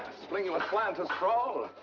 fling you aslant asprawl.